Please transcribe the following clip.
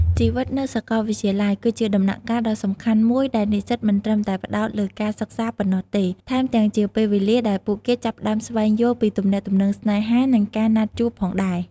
ជីវិតនៅសកលវិទ្យាល័យ គឺជាដំណាក់កាលដ៏សំខាន់មួយដែលនិស្សិតមិនត្រឹមតែផ្តោតលើការសិក្សាប៉ុណ្ណោះទេ ថែមទាំងជាពេលវេលាដែលពួកគេចាប់ផ្ដើមស្វែងយល់ពីទំនាក់ទំនងស្នេហា និងការណាត់ជួបផងដែរ។